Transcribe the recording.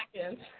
seconds